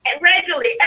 regularly